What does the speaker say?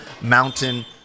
mountain